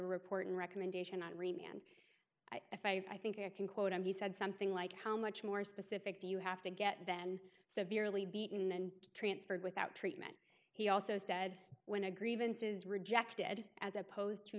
report and recommendation that remain and i five i think i can quote him he said something like how much more specific do you have to get then severely beaten and transferred without treatment he also said when a grievance is rejected as opposed to